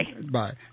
Bye